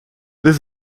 this